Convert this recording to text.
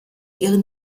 ihren